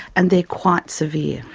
and they're quite severe.